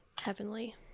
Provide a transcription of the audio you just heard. Heavenly